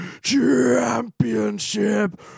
Championship